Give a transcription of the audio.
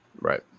Right